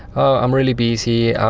i'm really busy,